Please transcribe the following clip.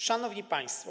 Szanowni Państwo!